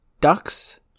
Ducks